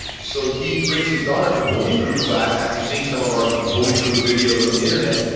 so he brings his daughter to bully proof class after seeing some of our bully proof videos on the internet.